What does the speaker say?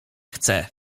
chce